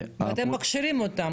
ואתם מכשירים אותם?